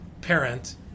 parent